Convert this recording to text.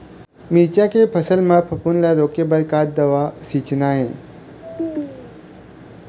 मिरचा के फसल म फफूंद ला रोके बर का दवा सींचना ये?